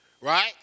Right